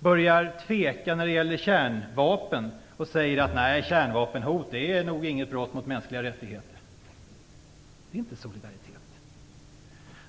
börjar tveka när det gäller kärnvapen och säger att kärnvapenhot nog inte är något brott mot mänskliga rättigheter. Det är inte solidaritet.